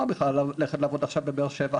בכלל על ללכת לעבוד עכשיו בבאר שבע.